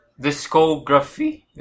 Discography